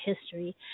history